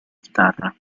chitarra